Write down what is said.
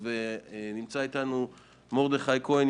נמצא איתנו ידידי מרדכי כהן,